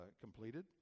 completed